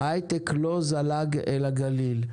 ההייטק לא זלג אל הגליל.